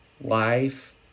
life